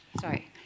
sorry